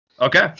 Okay